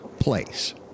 place